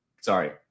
sorry